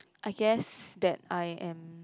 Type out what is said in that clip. I guess that I am